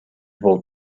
болуп